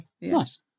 nice